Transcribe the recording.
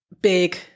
big